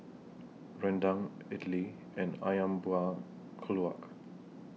Rendang Idly and Ayam Buah Keluak